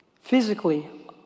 physically